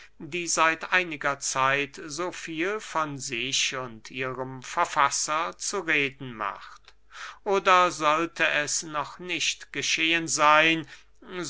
die seit einiger zeit so viel von sich und ihrem verfasser zu reden macht oder sollte es noch nicht geschehen seyn